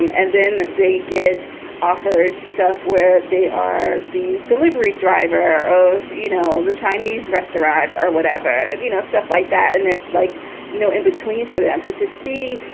um and then they get offered stuff where they are. the delivery driver of, you know, the chinese restaurant or whatever. you know, stuff like that. and there's like no in-between for them. so to see,